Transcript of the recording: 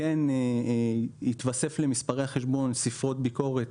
שכן יתווספו למספרי החשבון ספרות ביקורת